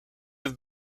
have